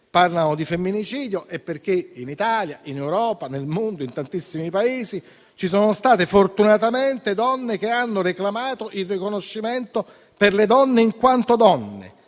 parlano di femminicidio è perché in Italia, in Europa, nel mondo, in tantissimi Paesi ci sono state fortunatamente donne che hanno reclamato il riconoscimento, per le donne in quanto donne,